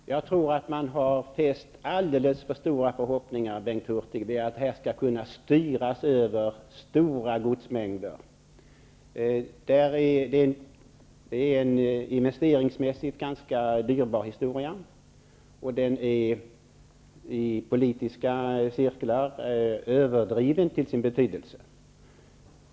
Herr talman! Jag tror att man, Bengt Hurtig, har haft alldeles för stora förhoppningar om att stora godsmängder skulle kunna styras över. Investeringsmässigt är det en ganska dyrbar historia, och i politiska cirklar är betydelsen överdriven.